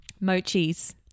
mochi's